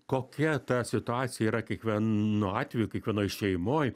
kokia ta situacija yra kiekvienu atveju kiekvienoj šeimoj